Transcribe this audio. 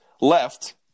left